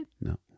No